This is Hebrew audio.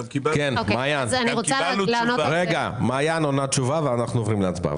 מעין עונה ואחר כך אנחנו עוברים להצבעה.